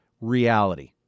reality